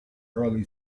early